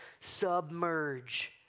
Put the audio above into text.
submerge